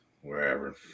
Wherever